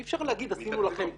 אי אפשר להגיד עשינו לכם טובה,